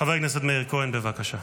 חבר הכנסת מאיר כהן, בבקשה.